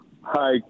Hi